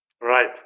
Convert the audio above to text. right